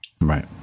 Right